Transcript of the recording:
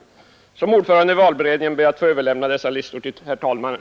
Som ordförande i valberedningen ber jag att få överlämna dessa listor till herr talmannen.